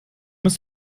ist